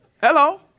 Hello